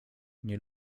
nie